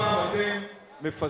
מה, אתה פוחד שאין לך אמון?